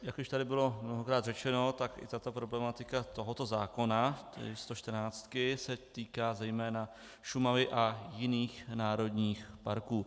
Jak už tady bylo mnohokrát řečeno, i problematika tohoto zákona, tedy stočtrnáctky, se týká zejména Šumavy a jiných národních parků.